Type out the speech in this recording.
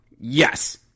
yes